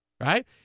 Right